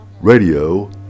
Radio